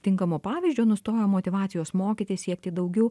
tinkamo pavyzdžio nustojo motyvacijos mokytis siekti daugiau